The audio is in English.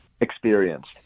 experienced